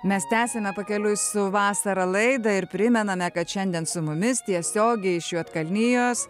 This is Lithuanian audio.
mes tęsiame pakeliui su vasara laidą ir primename kad šiandien su mumis tiesiogiai iš juodkalnijos